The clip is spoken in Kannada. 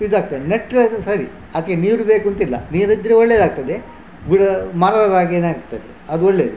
ಇದಾಗ್ತದೆ ನೆಟ್ಟರೆ ಅದು ಸರಿ ಅದಕ್ಕೆ ನೀರು ಬೇಕಂತಿಲ್ಲ ನೀರಿದ್ದರೆ ಒಳ್ಳೆಯದಾಗ್ತದೆ ಬಿಡು ಮರದ ಹಾಗೆಯೇ ಆಗ್ತದೆ ಅದು ಒಳ್ಳೆಯದು